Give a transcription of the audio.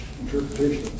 interpretation